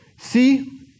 See